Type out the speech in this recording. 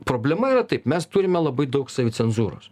problema yra taip mes turime labai daug savicenzūros